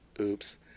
oops